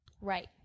Right